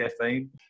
caffeine